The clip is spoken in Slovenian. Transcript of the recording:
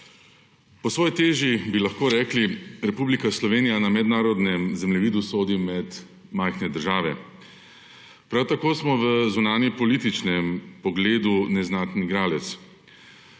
Po svoji teži bi lahko rekli, da Republika Slovenija na mednarodnem zemljevidu sodi med majhne države. Prav tako smo v zunanjepolitičnem pogledu neznatni igralec.